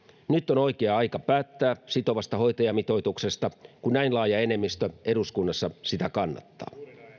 nyt on oikea aika päättää sitovasta hoitajamitoituksesta kun näin laaja enemmistö eduskunnassa sitä kannattaa